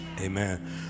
Amen